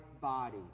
body